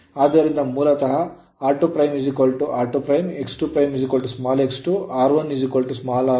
ಆದ್ದರಿಂದ ಮೂಲತಃ R2' r2' X2' x2' R1 r1 X1 x1 ಮತ್ತು X m xm ಮತ್ತು ಇದು r